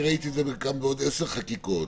ראיתי את זה בעוד עשר חקיקות,